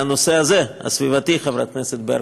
בנושא הזה, הסביבתי, חברת הכנסת ברקו.